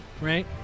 right